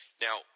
Now